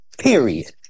period